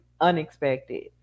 unexpected